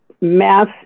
mass